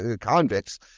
convicts